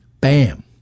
bam